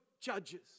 Judges